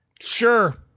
Sure